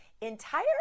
Entire